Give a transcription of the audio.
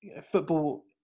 football